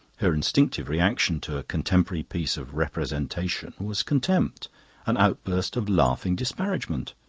her instinctive reaction to a contemporary piece of representation was contempt an outburst of laughing disparagement.